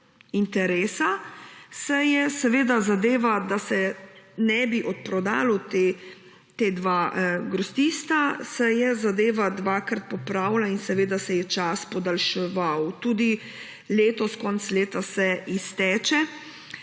interesa, se je zadeva, da se ne bi odprodalo teh dveh grosistov, dvakrat popravila in seveda se je čas podaljševal. Tudi letos konec leta se izteče